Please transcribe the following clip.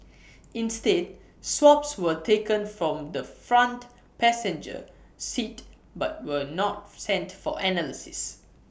instead swabs were taken from the front passenger seat but were not sent for analysis